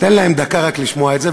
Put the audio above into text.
תן להם דקה רק לשמוע את זה,